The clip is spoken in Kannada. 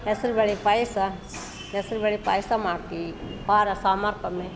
ಹೆಸರು ಬೇಳೆ ಪಾಯಸ ಹೆಸರು ಬೇಳೆ ಪಾಯಸ ಮಾಡ್ತೀವಿ ವಾರ ಸೋಮವಾರ್ಕೊಮ್ಮೆ